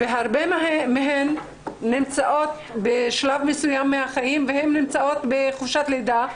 והרבה מהן נמצאות בשלב מסוים מהחיים והן נמצאות בחופשת לידה,